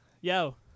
Yo